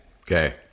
Okay